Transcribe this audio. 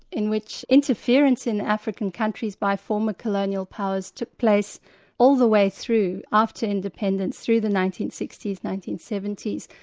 in which interference in african countries by former colonial powers took place all the way through, after independence, through the nineteen sixty s, nineteen seventy s,